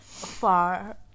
Far